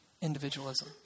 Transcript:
individualism